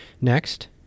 Next